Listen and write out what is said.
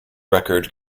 record